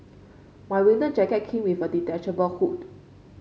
my winter jacket came with a detachable hood